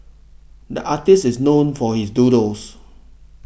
the artist is known for his doodles